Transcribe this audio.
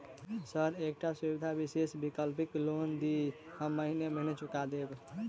Sir एकटा सुविधा विशेष वैकल्पिक लोन दिऽ हम महीने महीने चुका देब?